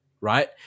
right